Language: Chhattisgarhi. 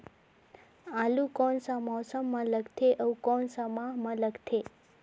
आलू कोन सा मौसम मां लगथे अउ कोन सा माह मां लगथे?